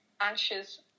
anxious